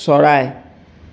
চৰাই